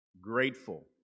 Grateful